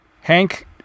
Hank